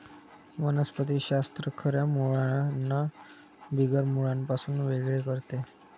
वनस्पति शास्त्र खऱ्या मुळांना बिगर मुळांपासून वेगळे करते